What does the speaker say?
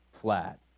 flat